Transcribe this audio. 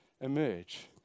emerge